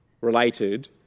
related